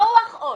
דוח אור